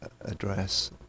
address